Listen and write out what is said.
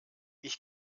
ich